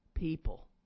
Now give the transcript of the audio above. People